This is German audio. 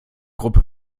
gruppe